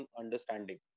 understanding